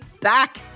back